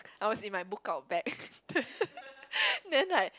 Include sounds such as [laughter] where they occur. I was in my book-out bag [noise] then then like